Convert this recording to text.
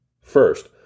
First